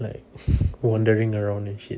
like wandering around and shit